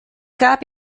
gab